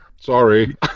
Sorry